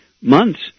months